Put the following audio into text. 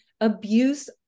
abuse